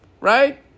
right